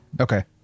Okay